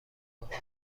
باهاش